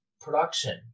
production